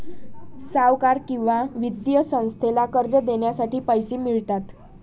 सावकार किंवा वित्तीय संस्थेला कर्ज देण्यासाठी पैसे मिळतात